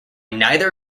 neither